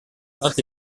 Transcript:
saint